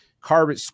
carbon